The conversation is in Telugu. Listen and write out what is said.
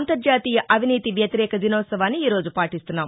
అంతర్జాతీయ అవినీతి వ్యతిరేక దినోత్సవాన్ని ఈ రోజు పాటిస్తున్నాం